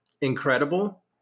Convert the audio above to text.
incredible